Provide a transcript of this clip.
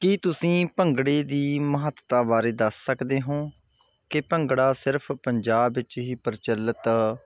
ਕੀ ਤੁਸੀਂ ਭੰਗੜੇ ਦੀ ਮਹੱਤਤਾ ਬਾਰੇ ਦੱਸ ਸਕਦੇ ਹੋ ਕਿ ਭੰਗੜਾ ਸਿਰਫ ਪੰਜਾਬ ਵਿੱਚ ਹੀ ਪ੍ਰਚਲਿਤ